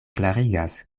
klarigas